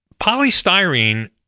polystyrene